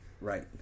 right